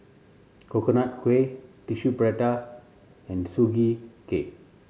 Coconut Kuih Tissue Prata and Sugee Cake